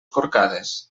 corcades